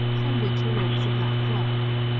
from which arose a black rock.